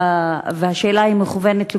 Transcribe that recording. והשאלה מכוונת לכולנו,